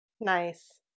nice